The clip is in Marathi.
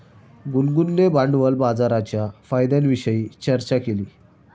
गुनगुनने भांडवल बाजाराच्या फायद्यांविषयी चर्चा केली